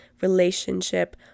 relationship